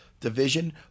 division